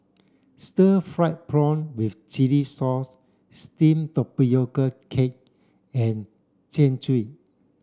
stir fried prawn with chili sauce steamed tapioca cake and Jian Dui